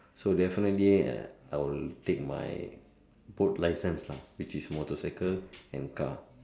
so definitely I will take my both license lah which is motorcycle and car